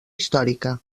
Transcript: històrica